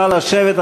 נא לשבת.